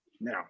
Now